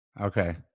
Okay